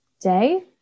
day